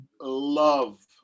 love